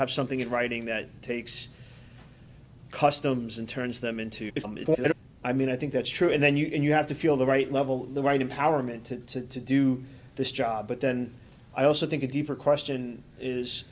have something in writing that takes customs and turns them into it i mean i think that's true and then you can you have to feel the right level the right empowerment to do this job but then i also think a deeper question is